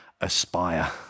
aspire